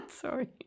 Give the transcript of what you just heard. Sorry